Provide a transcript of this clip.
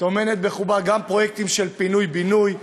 טומנת בחובה גם פרויקטים של פינוי-בינוי,